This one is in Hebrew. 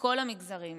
כל המגזרים.